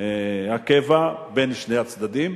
הקבע בין שני הצדדים,